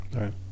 Right